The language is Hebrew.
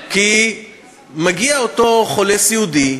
מגיע לאותו חולה סיעודי,